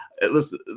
Listen